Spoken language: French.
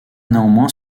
néanmoins